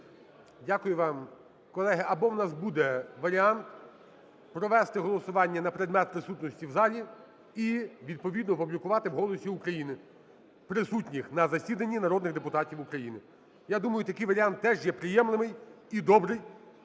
Дякую вам. Колеги, або у нас буде варіант провести голосування на предмет присутності в залі і відповідно опублікувати в "Голосі України" присутніх на засіданні народних депутатів України. Я думаю, такий варіант теж є приємлемий і добрий,